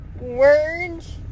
words